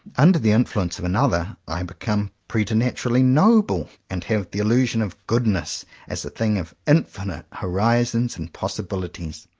under the influence of another, i become preternaturally noble, and have the il lusion of goodness as a thing of infinite horizons and possibilities.